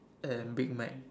and big Mac